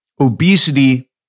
obesity